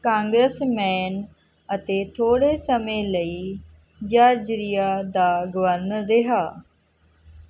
congressman ਅਤੇ ਥੋੜ੍ਹੇ ਸਮੇਂ ਲਈ ਜਾਰਜੀਆ ਦਾ ਗਵਰਨਰ ਰਿਹਾ